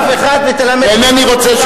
לאף אחד ותלמד, רגע,